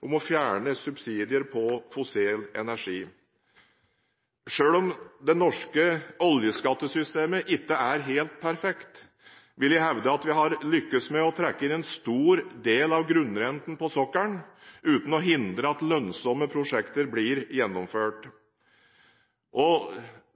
om å fjerne subsidier på fossil energi. Selv om det norske oljeskattesystemet ikke er helt perfekt, vil jeg hevde at vi har lyktes godt med å trekke inn en stor del av grunnrenten på sokkelen, uten å hindre at lønnsomme prosjekter blir gjennomført.